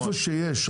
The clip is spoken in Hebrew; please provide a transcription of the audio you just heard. איפה שיש,